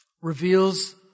reveals